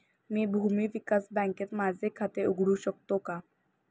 मी भूमी विकास बँकेत माझे खाते उघडू शकतो का?